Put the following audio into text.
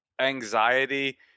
anxiety